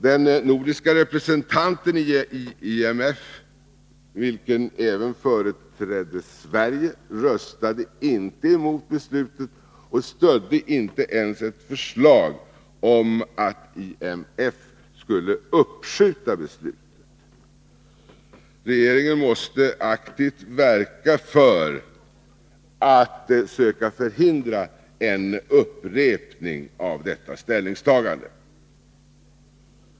Den nordiska representanten i IMF, vilken även företrädde Sverige, röstade inte emot beslutet och stödde inte ens ett förslag om att IMF skulle uppskjuta beslutet. Regeringen måste aktivt verka för att söka förhindra en upprepning av detta ställningstagande.